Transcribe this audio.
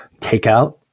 takeout